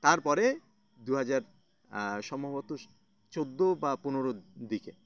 তারপরে দু হাজার সম্ভবত চোদ্দো বা পনেরো দিকে